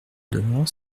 donnant